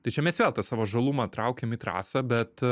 tai čia mes vėl tą savo žalumą traukiam į trasą bet